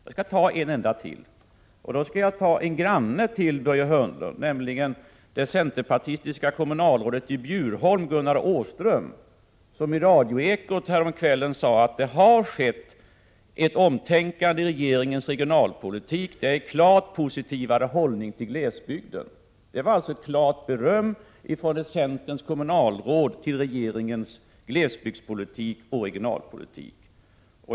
Jag skall nämna en enda till, en granne till Börje Hörnlund, nämligen det centerpartistiska kommunalrådet i Bjurholm, Gunnar Åström, som i Radioekot häromkvällen sade: Det har skett ett omtänkande i regeringens regionalpolitik. Det är en klart positivare hållning 41 till glesbygden. Det var ett klart beröm från ett centerpartistiskt kommunalråd över regeringens glesbygdspolitik och regionalpolitik.